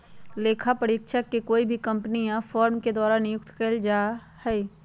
लेखा परीक्षक के कोई भी कम्पनी या फर्म के द्वारा नियुक्त कइल जा हई